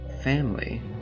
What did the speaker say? family